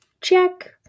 check